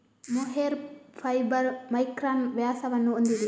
mohair fibre micron ವ್ಯಾಸವನ್ನು ಹೊಂದಿದೆ